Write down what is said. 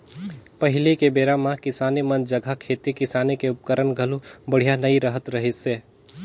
पहिली के बेरा म किसान मन जघा खेती किसानी के उपकरन घलो बड़िहा नइ रहत रहिसे